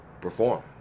perform